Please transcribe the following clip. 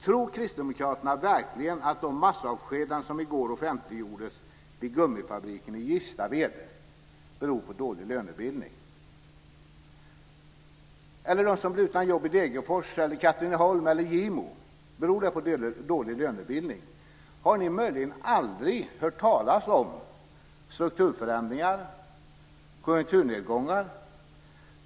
Tror Kristdemokraterna verkligen att de massavskedanden som i går offentliggjordes vid gummifabriken i Gislaved beror på dålig lönebildning, och att det också gäller dem som blir utan jobb i Degerfors, Katrineholm eller Gimo? Har ni möjligen aldrig hört talas om strukturförändringar och konjunkturnedgångar?